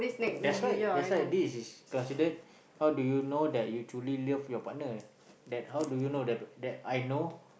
that's why that's why this is considered how do you know that you truly love your partner that how do you know that that I know